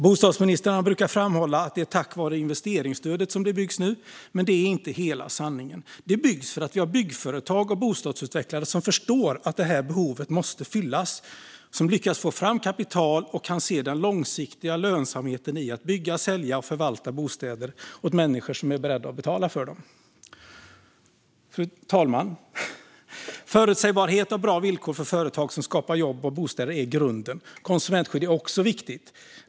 Bostadsministern brukar framhålla att det är tack vare investeringsstödet som det byggs nu, men det är inte hela sanningen. Det byggs för att vi har byggföretag och bostadsutvecklare som förstår att det här behovet måste fyllas, lyckas få fram kapital och kan se den långsiktiga lönsamheten i att bygga, sälja och förvalta bostäder åt människor som är beredda att betala för dem. Fru talman! Förutsägbarhet och bra villkor för företag som skapar jobb och bostäder är grunden. Konsumentskyddet är också viktigt.